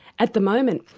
at the moment,